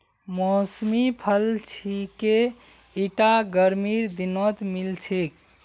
मौसमी फल छिके ईटा गर्मीर दिनत मिल छेक